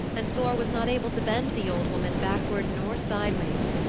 and thor was not able to bend the old woman backward nor sideways.